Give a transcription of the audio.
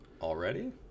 already